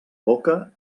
boca